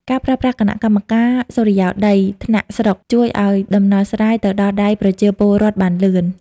ការប្រើប្រាស់ "គណៈកម្មការសុរិយោដី" ថ្នាក់ស្រុក ជួយឱ្យដំណោះស្រាយទៅដល់ដៃប្រជាពលរដ្ឋបានលឿន។